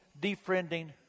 defriending